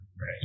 right